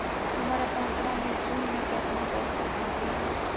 हमर अकाउँटवा मे जून में केतना पैसा अईले हे?